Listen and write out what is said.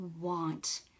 want